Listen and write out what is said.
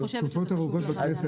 אני חושבת שזה חשוב לוועדה.